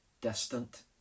distant